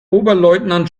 oberleutnant